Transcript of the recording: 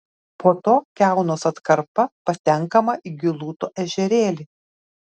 po to kiaunos atkarpa patenkama į gilūto ežerėlį